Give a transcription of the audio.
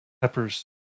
peppers